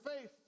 faith